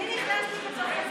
אני נכנסתי בתוך הזמן.